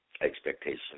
expectation